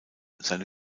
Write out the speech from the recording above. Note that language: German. seine